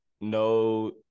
no